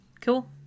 Cool